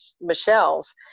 Michelle's